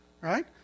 right